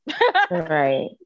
Right